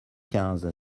quinze